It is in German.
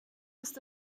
ist